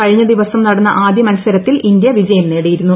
കഴിഞ്ഞ ദിവസം നടന്ന ആദ്യ മത്സരത്തിൽ ഇന്ത്യ വിജയം നേടിയിരുന്നു